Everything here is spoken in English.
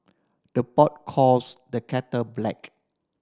the pot calls the kettle black